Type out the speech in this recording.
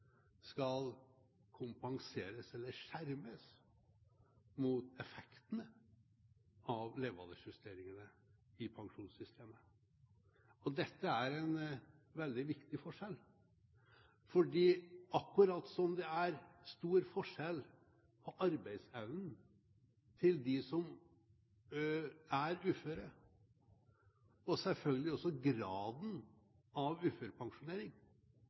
skal kompenseres eller skjermes mot effektene av levealdersjusteringene i pensjonssystemet. Dette er en veldig viktig forskjell, for akkurat som det er stor forskjell på arbeidsevnen til dem som er uføre, og selvfølgelig også graden av